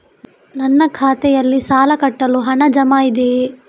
ನನ್ನ ಖಾತೆಯಲ್ಲಿ ಸಾಲ ಕಟ್ಟಲು ಹಣ ಜಮಾ ಇದೆಯೇ?